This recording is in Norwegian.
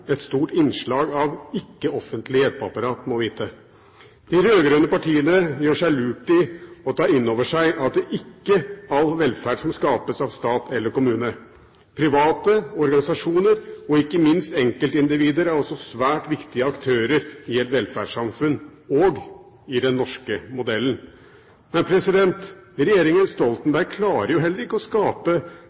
et stort innslag av ikke-offentlig hjelpeapparat, må vite. De rød-grønne partiene gjør lurt i å ta inn over seg at det ikke er all velferd som skapes av stat eller kommune. Private, organisasjoner og ikke minst enkeltindivider er også svært viktige aktører i et velferdssamfunn og i den norske modellen. Men regjeringen Stoltenberg klarer jo heller ikke å skape